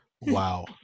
Wow